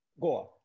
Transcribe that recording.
Goa